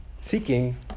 seeking